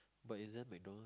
but isn't MacDonald